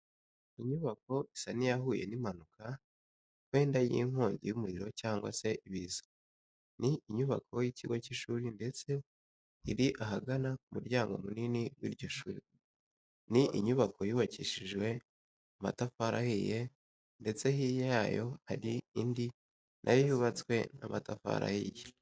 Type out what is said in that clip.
Inyubako isa n'iyahuye n'impanuka wenda y'inkongi y'umuriro cyangwa se ibiza, ni inyubako y'ikigo cy'ishuri ndetse iri ahagana ku muryango munini w'iryo shuri. Ni inyubako yubakishijwe amatafari ahiye ndetse hirya yayo hari indi na yo yubatswe n'amatafari ahiye.